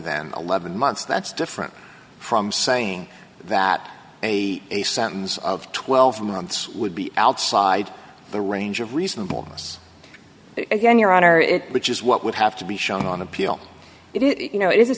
than eleven months that's different from saying that a a sentence of twelve months would be outside the range of reasonableness again your honor if which is what would have to be shown on appeal it is you know it